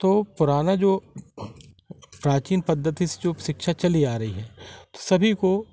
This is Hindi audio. तो पुराना जो प्राचीन पद्धति से जो शिक्षा चली आ रही है सभी को